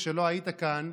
כשלא היית כאן,